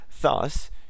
Thus